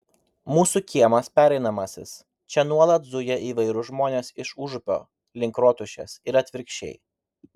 mūsų kiemas pereinamasis čia nuolat zuja įvairūs žmonės iš užupio link rotušės ir atvirkščiai